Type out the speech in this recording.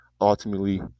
Ultimately